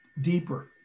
deeper